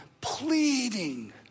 pleading